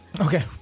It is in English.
Okay